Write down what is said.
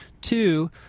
two